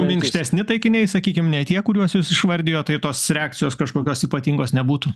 minkštesni taikiniai sakykim ne tie kuriuos jūs išvardijot tai tos reakcijos kažkokios ypatingos nebūtų